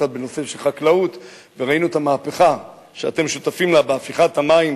קצת בנושא החקלאות וראינו את המהפכה שאתם שותפים לה בהפיכת המים